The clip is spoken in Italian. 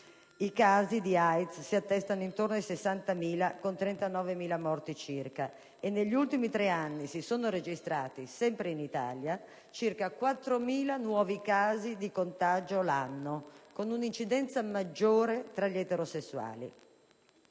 i casi di AIDS si attestano attorno a più di 60.000, con 39.000 morti circa. Negli ultimi tre anni si sono registrati sempre in Italia circa 4.000 nuovi casi di contagio l'anno, con un'incidenza maggiore tra gli eterosessuali.